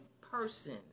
person